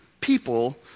people